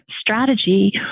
strategy